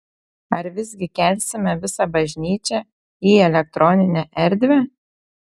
ar visgi kelsime visą bažnyčią į elektroninę erdvę